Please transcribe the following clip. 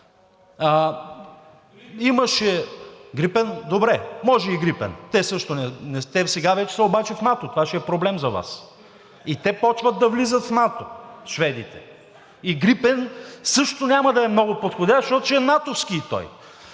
Имаше Gripen, добре. Може и Gripen, те сега вече са обаче в НАТО, това ще е проблем за Вас. И те започват да влизат в НАТО – шведите, и Gripen също няма да е много подходящ, защото ще е натовски и той.